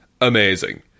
amazing